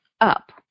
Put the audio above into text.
up